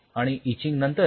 आणि इचिंग नंतर